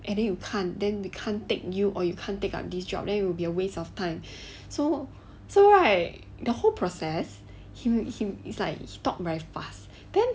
and then you can't then we can't take you or you can't take up this job then it will be a waste of time so so right the whole process him him it's like he talk very fast then